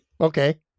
okay